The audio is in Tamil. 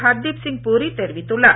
ஹர்தீப் சிங் பூரி தெரிவித்துள்ளார்